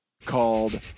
called